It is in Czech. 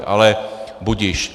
Ale budiž.